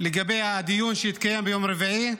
לגבי הדיון שהתקיים ביום רביעי,